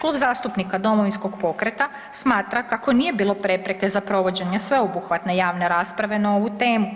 Klub zastupnika Domovinskog pokreta smatra kako nije bilo prepreke za provođenje sveobuhvatne javne rasprave na ovu temu,